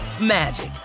magic